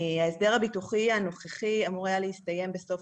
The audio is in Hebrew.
ההסדר הביטוחי הנוכחי אמור היה להסתיים בסוף